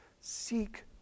Seek